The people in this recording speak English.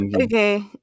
okay